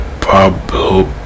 Pablo